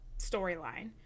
storyline